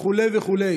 וכו' וכו'.